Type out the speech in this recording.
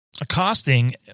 accosting